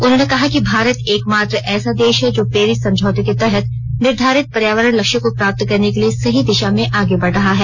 उन्होंने कहा कि भारत एकमात्र ऐसा देश है जो पेरिस समझौते के तहत निर्धारित पर्योवरण लक्ष्यों को प्राप्त करने के लिए सही दिशा में आगे बढ़ रहा है